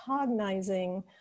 cognizing